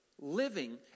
living